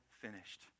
finished